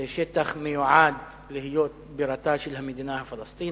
זה שטח שמיועד להיות בירתה של המדינה הפלסטינית.